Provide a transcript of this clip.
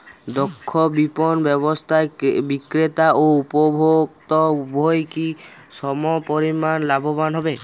দক্ষ বিপণন ব্যবস্থায় বিক্রেতা ও উপভোক্ত উভয়ই কি সমপরিমাণ লাভবান হয়?